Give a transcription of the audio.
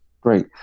Great